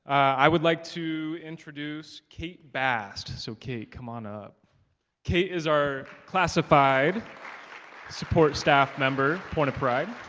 i would like to introduce kate bast so kate come on up kate is our classified support staff member point of pride